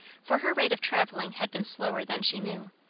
for her rate of travelling had been slower than she knew,